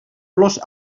los